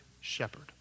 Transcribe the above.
shepherd